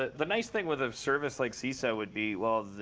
the nice thing with a service like seeso would be well,